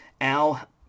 Al